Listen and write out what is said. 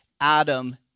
Adam